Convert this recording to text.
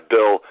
Bill